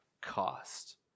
cost